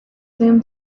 zoom